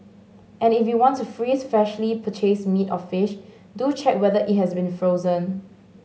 and if you want to freeze freshly purchased meat or fish do check whether it has been frozen